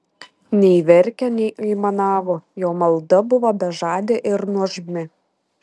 nei verkė nei aimanavo jo malda buvo bežadė ir nuožmi